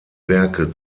werke